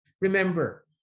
Remember